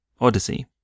Odyssey